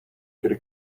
could